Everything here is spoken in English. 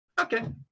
okay